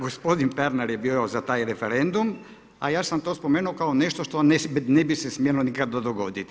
Gospodin Pernar je bio za taj referendum, a ja sam to spomenuo kao nešto što ne bi se smjelo nikada dogoditi.